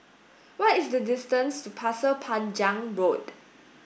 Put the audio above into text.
what is the distance to Pasir Panjang Road